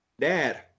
dad